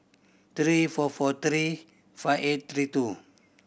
three four four three five eight three two